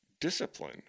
discipline